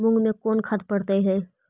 मुंग मे कोन खाद पड़तै है?